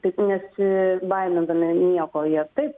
taip nesibaimindami nieko jie taip